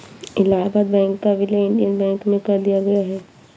Allahabad bank का विलय Indian bank में कर दिया गया है